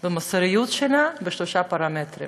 במוסריות שלה בשלושה פרמטרים: